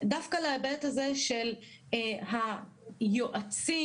הזה של היועצים,